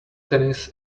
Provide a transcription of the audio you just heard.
tennis